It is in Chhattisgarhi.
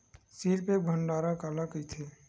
सील पैक भंडारण काला कइथे?